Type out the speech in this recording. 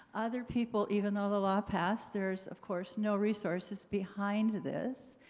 other people even though the law passed, there's, of course, no resources behind this.